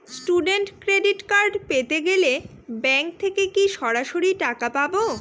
Student credit card পেতে গেলে bank থেকে কি সরাসরি টাকা পাবো?